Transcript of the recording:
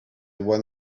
one